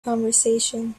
conversation